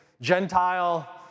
Gentile